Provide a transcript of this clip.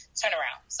turnaround